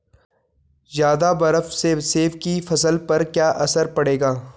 ज़्यादा बर्फ से सेब की फसल पर क्या असर पड़ेगा?